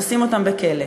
נשים אותם בכלא.